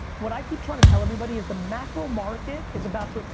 what i keep trying to tell everybody is the macromarket is about to,